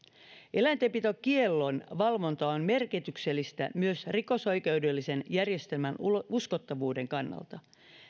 eläintenpitokiellon valvonta on merkityksellistä myös rikosoikeudellisen järjestelmän uskottavuuden kannalta